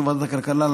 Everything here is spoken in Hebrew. באישור ועדת הכלכלה,